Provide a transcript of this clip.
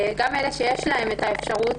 גם אלה שיש להם את האפשרות,